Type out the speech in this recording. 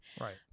right